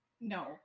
No